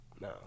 No